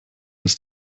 ist